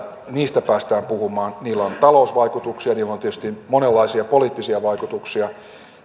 niistä päästään puhumaan niillä on talousvaikutuksia niillä on tietysti monenlaisia poliittisia vaikutuksia